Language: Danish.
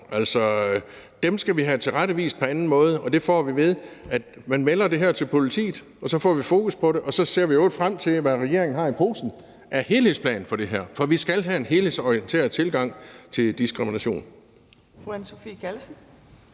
Dem skal vi have tilrettevist på en anden måde, og det får vi, ved at man melder det her til politiet, og så får vi fokus på det. Og så ser vi i øvrigt frem til, hvad regeringen har i posen i forhold til en helhedsplan for det her, for vi skal have en helhedsorienteret tilgang til diskrimination.